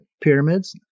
pyramids